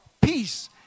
peace